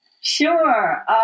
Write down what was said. Sure